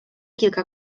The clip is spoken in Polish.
kilka